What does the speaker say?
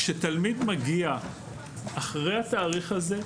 כשתלמיד מגיע אחרי התאריך הזה,